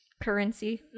currency